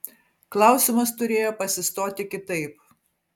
klausimas turėjo pasistoti kitaip